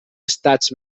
estats